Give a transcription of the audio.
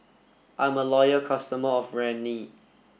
I'm a loyal customer of Rene